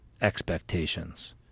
expectations